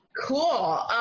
Cool